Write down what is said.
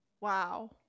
wow